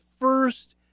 first